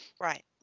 Right